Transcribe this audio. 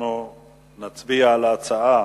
אנחנו נצביע על הצעת